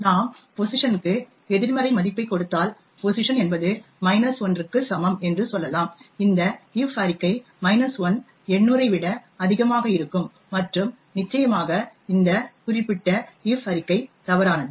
நாம் pos க்கு எதிர்மறை மதிப்பைக் கொடுத்தால் pos என்பது 1 க்கு சமம் என்று சொல்லலாம் இந்த if அறிக்கை 1 800 ஐ விட அதிகமாக இருக்கும் மற்றும் நிச்சயமாக இந்த குறிப்பிட்ட if அறிக்கை தவறானது